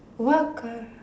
what car